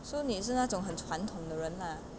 so 你是那种很传统的人 ah